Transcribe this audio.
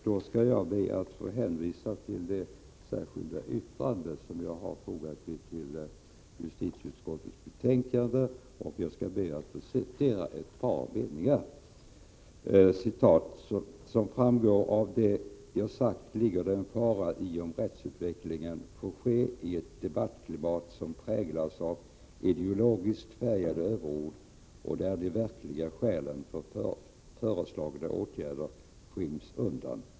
Jag ber då att få hänvisa till det särskilda yttrande som jag har fogat vid justitieutskottets betänkande, och jag vill citera ett par meningar ur det: ”Som framgår av det jag sagt ligger det en fara i om rättsutvecklingen får ske i ett debattklimat som präglas av ideologiskt färgade överord och där de verkliga skälen för föreslagna åtgärder skyms undan.